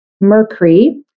mercury